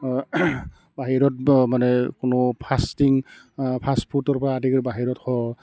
বাহিৰত মানে কোনো ফাষ্টিং ফাষ্ট ফুডৰ পৰা আদি কৰি বাহিৰত খোৱা